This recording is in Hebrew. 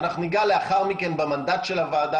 ואנחנו ניגע לאחר מכן במנדט של הוועדה